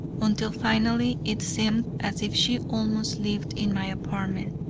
until finally it seemed as if she almost lived in my apartment.